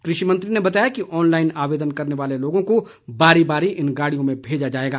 कृषि मंत्री ने बताया कि ऑनलाईन आवेदन करने वाले लोगों को बारी बारी इन गाड़ियों में भेजा जाएगा